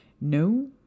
No